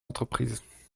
entreprises